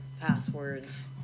passwords